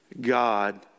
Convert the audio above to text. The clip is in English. God